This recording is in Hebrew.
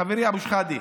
חברי אבו שחאדה,